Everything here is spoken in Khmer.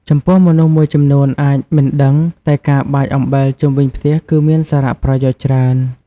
ចំពោះមនុស្សមួយចំនួនអាចមិនដឹង តែការបាចអំបិលជុំវិញផ្ទះគឺមានសារប្រយោជន៍ច្រើន។